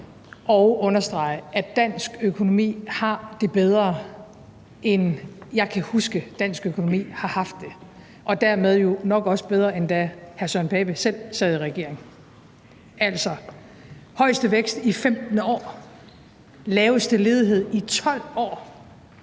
at understrege, at dansk økonomi har det bedre, end jeg kan huske, at dansk økonomi har haft det, og dermed nok også bedre, end da hr. Søren Pape Poulsen selv sad i regering: altså, den højeste vækst i 15 år, den laveste ledighed i 12 år